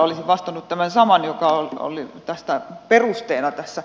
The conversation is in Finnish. olisin vastannut tämän saman joka oli perusteena tässä